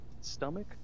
stomach